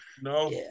no